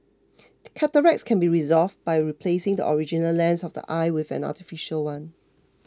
cataracts can be resolved by replacing the original lens of the eye with an artificial one